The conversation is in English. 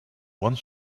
one